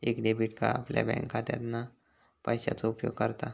एक debit card आपल्या बँकखात्यातना पैशाचो उपयोग करता